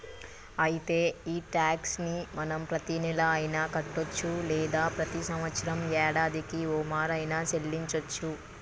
అయితే ఈ టాక్స్ ని మనం ప్రతీనెల అయిన కట్టొచ్చు లేదా ప్రతి సంవత్సరం యాడాదికి ఓమారు ఆయిన సెల్లించోచ్చు